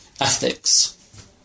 ethics